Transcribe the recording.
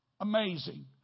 Amazing